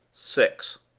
six.